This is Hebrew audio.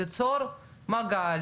ליצור מגע,